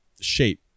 shape